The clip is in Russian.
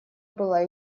была